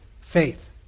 Faith